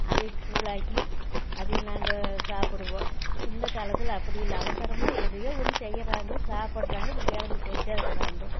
அதையே கூழாக்கி அதையே நாங்கள் சாப்பிடுவோம் இந்த காலத்தில் அப்படி இல்லை அவசரமாக எதையோ ஒன்று செய்கிறாங்கோ சாப்பிட்றாங்க போய் கிளம்பி போயிட்டு இருக்கிறாங்கோ